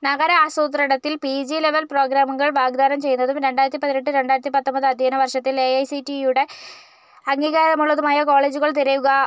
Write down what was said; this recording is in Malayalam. നഗരാസൂത്രണത്തിൽ പി ജി ലെവൽ പ്രോഗ്രാമുകൾ വാഗ്ദാനം ചെയ്യുന്നതും രണ്ടായിരത്തി പതിനെട്ട് രണ്ടായിരത്തിപ്പത്തൊൻപത് അധ്യയനവർഷത്തിൽ എഐസിടിയുടെ അംഗീകാരമുള്ളതുമായ കോളേജുകൾ തിരയുക